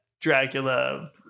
Dracula